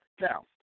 Now